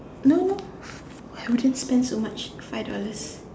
no no I wouldn't spend so much five dollars